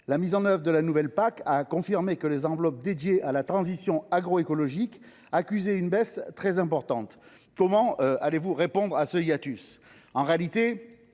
La mise en œuvre de la nouvelle PAC a confirmé que les enveloppes dédiées à cette transition agroécologique accusaient une baisse très importante. Comment répondrez vous à ce hiatus ?